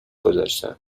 گذاشتم